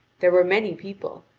there were many people,